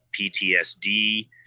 PTSD